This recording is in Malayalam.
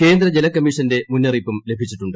കേന്ദ്ര ജലകമ്മീഷന്റെ മുന്നറിയിപ്പ് ലഭിച്ചിട്ടുണ്ട്